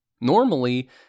Normally